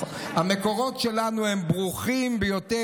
המקורות שלנו הם ברוכים ביותר,